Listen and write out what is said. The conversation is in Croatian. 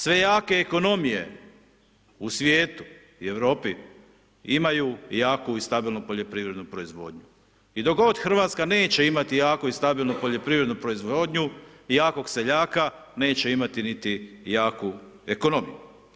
Sve jake ekonomije u svijetu i Europi imaju jaku i stabilnu poljoprivrednu proizvodnju. i dok god Hrvatska neće imati jaku i stabilnu poljoprivrednu proizvodnju, jako seljaka, neće imati niti jaku ekonomiju.